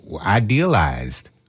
idealized